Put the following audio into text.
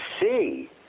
see